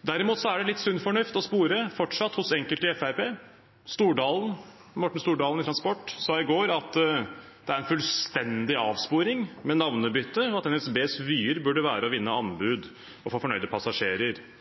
Derimot er det fortsatt litt sunn fornuft å spore hos enkelte i Fremskrittspartiet. Morten Stordalen i transportkomiteen sa i går at det er en «fullstendig avsporing» med navnebytte, og at NSBs vyer burde være «å vinne anbud og få fornøyde passasjerer».